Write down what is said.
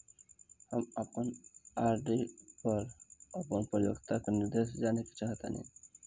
हम अपन आर.डी पर अपन परिपक्वता निर्देश जानेके चाहतानी